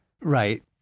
right